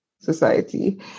society